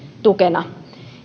tukena